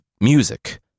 music